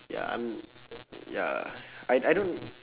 ya I'm ya I I don't